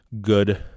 good